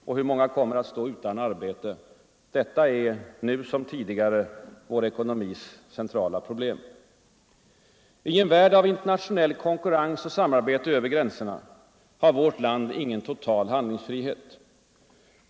Och hur många kommer att stå utan arbete? Detta är — nu som tidigare - vår ekonomis centrala problem. I en värld av internationell konkurrens och samarbete över gränserna har vårt land ingen total handlingsfrihet.